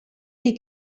dir